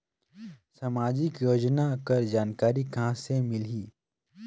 समाजिक योजना कर जानकारी कहाँ से मिलही?